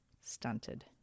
stunted